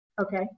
Okay